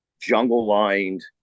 jungle-lined